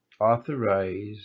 authorize